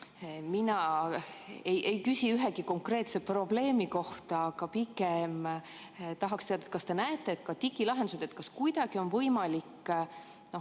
Mina ei küsi ühegi konkreetse probleemi kohta, pigem tahaksin teada, kas te näete, et ka digilahenduste abil kuidagi on võimalik